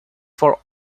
for